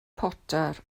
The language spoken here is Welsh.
potter